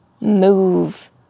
move